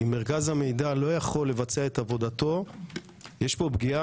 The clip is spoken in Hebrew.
אם מרכז המידע לא יכול לבצע את עבודתו יש פה פגיעה